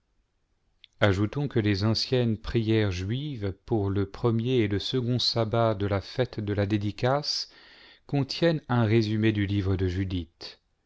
ajoutons que les anciennes prières juives pour le premier et le second sabbat de la fête de la dédicace contiennent un résumé du livre de judith